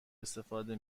استفاده